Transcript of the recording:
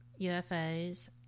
UFOs